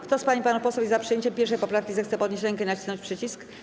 Kto z pań i panów posłów jest za przyjęciem 1. poprawki, zechce podnieść rękę i nacisnąć przycisk.